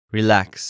Relax